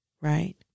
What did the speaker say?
Right